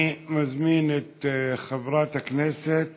אני מזמין את חברת הכנסת